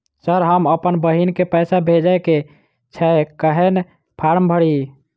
Sir हम अप्पन बहिन केँ पैसा भेजय केँ छै कहैन फार्म भरीय?